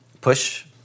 Push